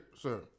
sir